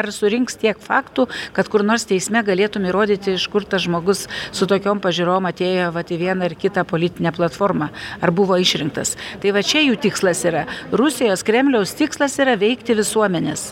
ar surinks tiek faktų kad kur nors teisme galėtum įrodyti iš kur tas žmogus su tokiom pažiūrom atėjo vat į vieną ar kitą politinę platformą ar buvo išrinktas tai va čia jų tikslas yra rusijos kremliaus tikslas yra veikti visuomenes